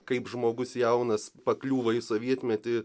kaip žmogus jaunas pakliūva į sovietmetį